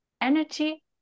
energy